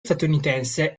statunitense